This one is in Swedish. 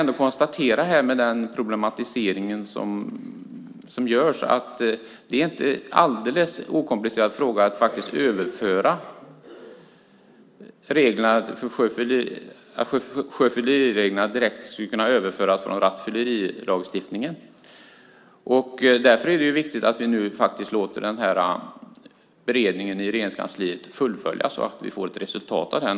När det gäller den problematisering som görs kan man ändå konstatera att det inte är en alldeles okomplicerad fråga att beträffande sjöfyllerireglerna överföra direkt från rattfyllerilagstiftningen. Därför är det viktigt att vi låter beredningen i Regeringskansliet fullföljas så att vi får ett resultat av den.